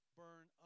burn